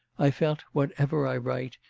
i felt, whatever i write,